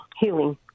healing